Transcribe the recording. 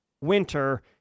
winter